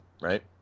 right